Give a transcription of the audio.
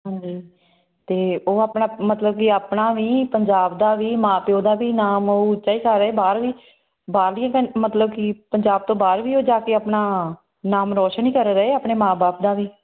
ਹਾਂਜੀ ਤਾਂ ਉਹ ਆਪਣਾ ਮਤਲਬ ਕਿ ਆਪਣਾ ਵੀ ਪੰਜਾਬ ਦਾ ਵੀ ਮਾਂ ਪਿਓ ਦਾ ਵੀ ਨਾਮ ਉਹ ਉੱਚਾ ਹੀ ਕਰ ਰਹੇ ਬਾਹਰ ਵੀ ਬਾਹਰਲੀਆਂ ਕੰ ਮਤਲਬ ਕਿ ਪੰਜਾਬ ਤੋਂ ਬਾਹਰ ਵੀ ਉਹ ਜਾ ਕੇ ਆਪਣਾ ਨਾਮ ਰੌਸ਼ਨ ਹੀ ਕਰ ਰਹੇ ਆਪਣੇ ਮਾਂ ਬਾਪ ਦਾ ਵੀ